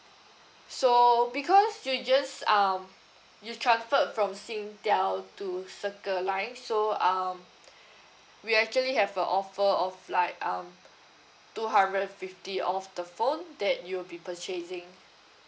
so because you just um you transferred from SINGTEL to circlelife so um we actually have a offer of like um two hundred and fifty off the phone that you will be purchasing